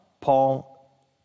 Paul